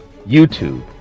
youtube